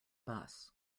bus